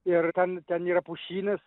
ir ten ten yra pušynas